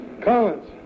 collins